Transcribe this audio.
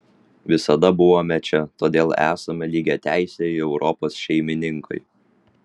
visada buvome čia todėl esame lygiateisiai europos šeimininkai